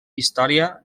història